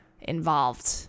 involved